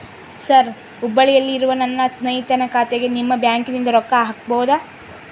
Sir ಹುಬ್ಬಳ್ಳಿಯಲ್ಲಿ ಇರುವ ನನ್ನ ಸ್ನೇಹಿತನ ಖಾತೆಗೆ ನಿಮ್ಮ ಬ್ಯಾಂಕಿನಿಂದ ರೊಕ್ಕ ಹಾಕಬಹುದಾ?